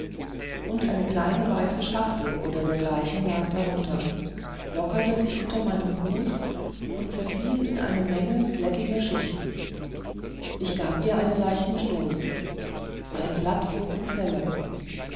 und eine kleine weiße schachtel oder dergleichen lag darunter lockerte sich unter meinem fuß und zerfiel in eine menge fleckiger schichten ich gab ihr einen leichten stoß ein blatt flog ins helle